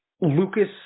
Lucas